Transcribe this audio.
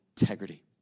integrity